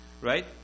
right